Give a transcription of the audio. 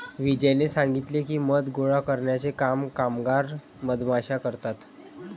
विजयने सांगितले की, मध गोळा करण्याचे काम कामगार मधमाश्या करतात